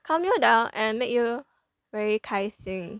calm you down and make you very 开心